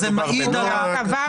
זה מעיד --- לא מדובר בנוהג.